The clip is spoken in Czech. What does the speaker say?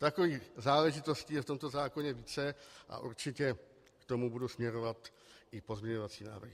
A takových záležitostí je v tomto zákoně více a určitě k tomu budu směrovat i pozměňovací návrh.